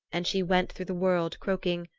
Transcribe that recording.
and she went through the world croaking,